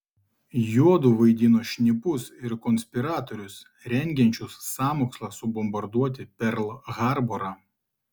juodu vaidino šnipus ir konspiratorius rengiančius sąmokslą subombarduoti perl harborą